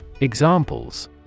Examples